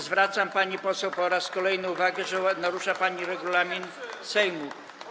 Zwracam pani poseł po raz kolejny uwagę, że narusza pani regulamin Sejmu.